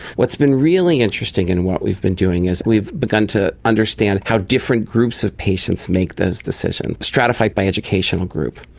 what's been really interesting in what we've been doing is we've begun to understand how different groups of patients make those decisions, stratified by educational group.